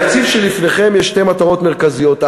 לתקציב שלפניכם יש שתי מטרות מרכזיות.